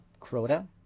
Crota